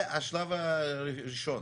זה השלב הראשון.